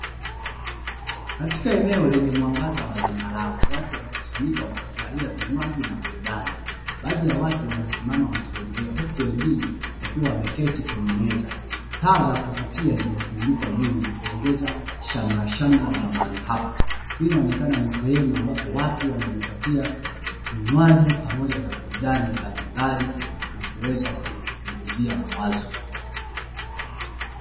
Katika eneo lenye mwangaza wa zambarau watu wamekusanyika wanafurahia vinywaji na burudani, baadhi ya watu wanasimama wakiongea huku wengine wakiwa wameketi kwenye meza taa za kuvutia zimetundikwa juu zikiongeza shamrashamra za mahali hapa, inaonekana ni sehemu ambapo watu wanajipatia vinywaji pamoja na burudani mbali mbali na kuweza kujipunguzia mawazo.